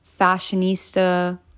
fashionista